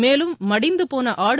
மேலும் மடிந்து போன ஆடு